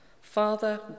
Father